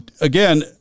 again